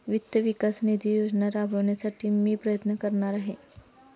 वित्त विकास निधी योजना राबविण्यासाठी मी प्रयत्न करणार आहे